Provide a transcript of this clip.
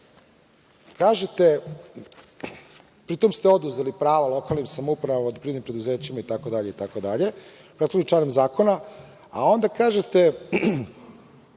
Kažete, pritom ste oduzeli pravo lokalnim samoupravama, privrednim preduzećima itd. itd. ima tu i član zakona, a onda kažete